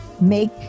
make